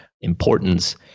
importance